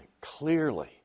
clearly